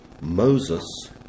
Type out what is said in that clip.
Moses